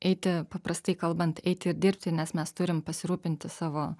eiti paprastai kalbant eiti dirbti nes mes turim pasirūpinti savo